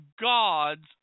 God's